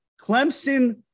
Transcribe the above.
Clemson